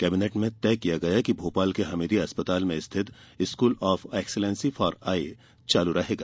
cabinet में तय किया गया कि भोपाल के हमीदिया अस्पताल में स्थित school of excellence for eye चालू रहेगा